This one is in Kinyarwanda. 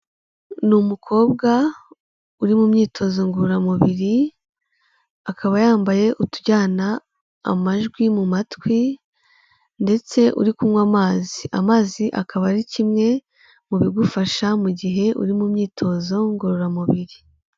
Ni umukobwa uri mu myitozo ngororamubiri akaba yambaye utujyana amajwi mu matwi ndetse uri kunywa amazi, amazi akaba ari kimwe mu bigufasha mu gihe uri mu myitozo ngororamubiri.